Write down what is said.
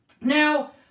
Now